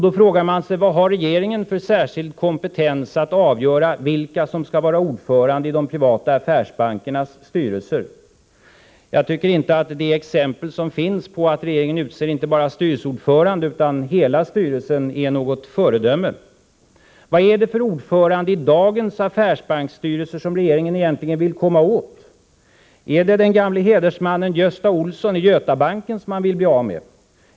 Då frågar man sig: Vad har regeringen för särskild kompetens att avgöra vilka som skall vara ordförande i de privata affärsbankernas styrelser? Jag tycker att det exempel som finns på att regeringen utser inte bara styrelseordförande utan hela styrelsen inte är något föredöme. Vad är det för ordförande i dagens affärsbanksstyrelser som regeringen egentligen vill komma åt? Är det den gamle hedersmannen Gösta Olson i Götabanken som man vill bli av med?